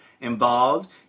involved